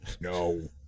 No